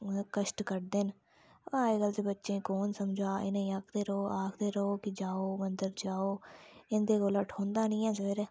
ओह्दे कश्ट कटदे न अज्जकल दे बच्चें गी कौन समझा इनेंगी आखदे रौह् आखदे रौह् कि जाओ मंदर जाओ मंदर इंदे कोला ठोंदा नी ऐ सवेरै